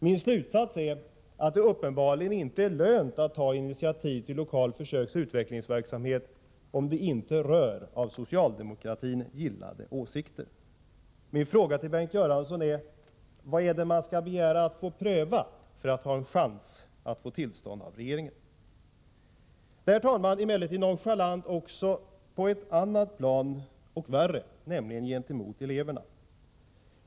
Min slutsats är att det uppenbarligen inte är lönt att ta initiativ till lokal försöksoch utvecklingsverksamhet om det inte rör av socialdemokratin gillade åsikter. Min fråga till Bengt Göransson är: Vad är det man skall begära att få pröva för att ha en chans att få tillstånd av regeringen? Herr talman! För det andra är det fråga om nonchalans på ett annat plan — och värre — nämligen gentemot eleverna.